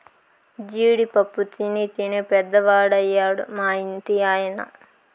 జీడి పప్పు తినీ తినీ పెద్దవాడయ్యాడు మా ఇంటి ఆయన